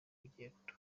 rugendo